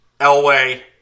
Elway